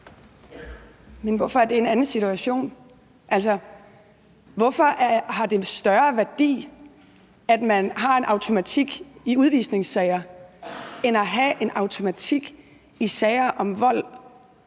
Hvorfor er det en anden situation? Hvorfor har det en større værdi at have en automatik i udvisningssager end at have en automatik i sager om vold,